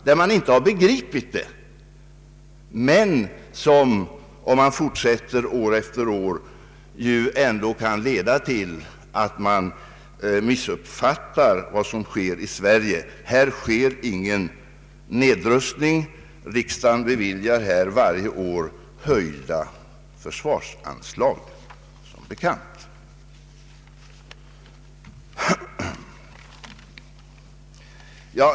Om man fortsätter med sådana uttalanden år efter år kan det leda till missuppfattningar om vad som sker i Sverige. Här sker ingen nedrustning. Riksdagen beviljar som bekant varje år höjda försvarsanslag.